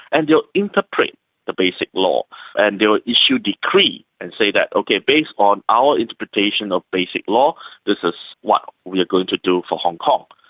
and they will interpret the basic law and they will issue decrees and say that, okay, based on our interpretation of basic law this is what we are going to do for hong kong.